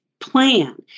plan